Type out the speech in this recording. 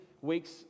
weeks